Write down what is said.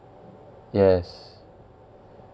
yes